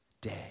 day